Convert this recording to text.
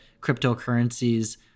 cryptocurrencies